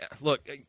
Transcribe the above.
Look